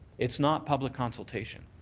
it's not public consultation.